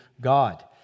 God